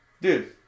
Dude